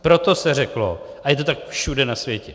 Proto se řeklo a je to tak všude na světě.